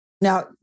Now